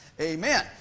Amen